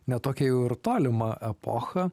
ne tokią jau ir tolimą epochą